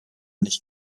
nicht